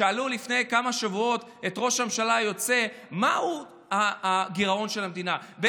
שאלו לפני כמה שבועות את ראש הממשלה היוצא מהו הגירעון של המדינה.